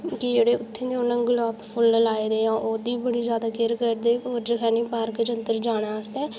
कि जेह्ड़े उत्थें उनें गलाब दे फुल्ल लाए दे ओह्दी बड़ी ज्यादा केयर करदे ओह् जखैनी पार्क च अंदर जाना आस्तै